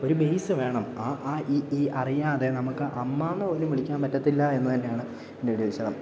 ഒരു ബേസ് വേണം അ ആ ഇ ഈ അറിയാതെ നമുക്ക് അമ്മാന്ന് പോലും വിളിക്കാൻ പറ്റത്തില്ല എന്ന് തന്നെയാണ് എൻ്റെ ഒരു വിശ്വാസം